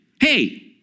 Hey